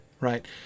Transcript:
right